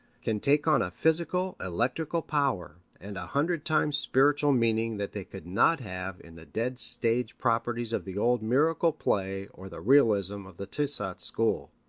can take on a physical electrical power and a hundred times spiritual meaning that they could not have in the dead stage properties of the old miracle play or the realism of the tissot school.